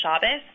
Shabbos